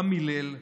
מה מליל?